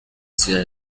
ciudad